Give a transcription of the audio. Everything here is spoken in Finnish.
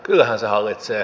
kyllähän se hallitsee